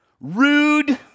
rude